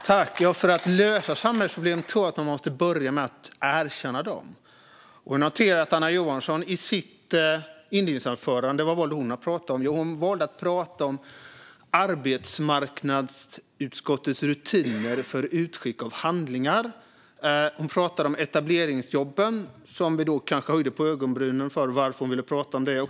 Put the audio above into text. Fru talman! För att lösa samhällsproblem tror jag att man måste börja med att erkänna dem. Vad valde Anna Johansson att prata om i sitt inledningsanförande? Jo, hon valde att prata om arbetsmarknadsutskottets rutiner för utskick av handlingar. Hon pratade om etableringsjobben, varvid vi kanske höjde på ögonbrynen - varför vill hon prata om det?